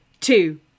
two